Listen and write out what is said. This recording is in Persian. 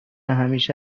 همیشه